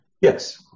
Yes